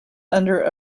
under